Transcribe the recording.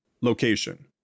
Location